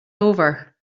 over